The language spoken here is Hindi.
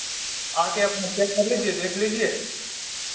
आकर अपना चेक कर लीजिए देख लीजिए